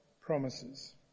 promises